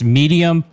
medium